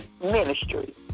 ministry